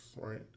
right